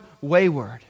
wayward